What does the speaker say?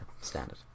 standard